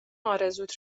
آرزوت